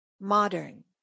modern